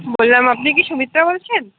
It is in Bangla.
বললাম আপনি কি সুমিত্রা বলছেন